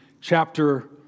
chapter